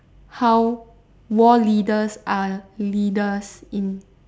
how war leaders are leaders in